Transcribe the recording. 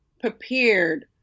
prepared